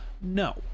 No